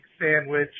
sandwich